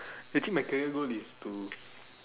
actually my career goal is to